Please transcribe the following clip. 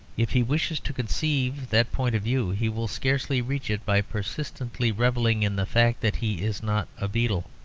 if he wishes to conceive that point of view, he will scarcely reach it by persistently revelling in the fact that he is not a beetle.